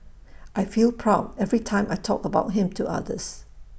I feel proud every time I talk about him to others